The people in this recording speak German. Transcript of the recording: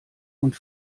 und